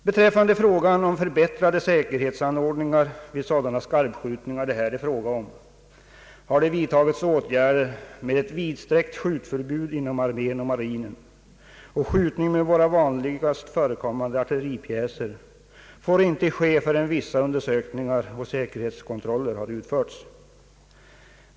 Beträffande frågan om förbättrade säkerhetsanordningar vid sådana skarpskjutningar som det här gäller har det vidtagits åtgärder med ett vidsträckt skjutförbud inom armén och marinen, och skjutning med våra vanligast förekommande artilleripjäser får inte ske förrän vissa undersökningar och säkerhetskontroller har utförts.